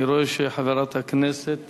אני רואה שחברת הכנסת